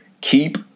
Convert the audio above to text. keep